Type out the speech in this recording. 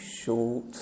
short